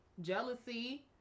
Jealousy